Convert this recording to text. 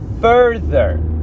further